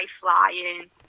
flying